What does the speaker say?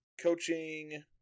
Coaching